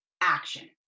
action